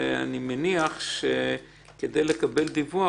אני מניח שכדי לקבל דיווח,